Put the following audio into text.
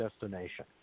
destination